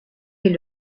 est